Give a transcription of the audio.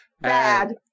Bad